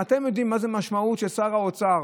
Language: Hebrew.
אתם יודעים מה המשמעות ששר האוצר